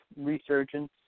resurgence